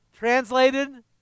translated